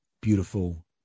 beautiful